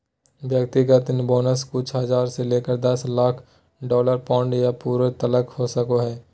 व्यक्तिगत बोनस कुछ हज़ार से लेकर दस लाख डॉलर, पाउंड या यूरो तलक हो सको हइ